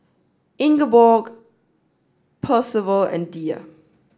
Ingeborg Percival and Diya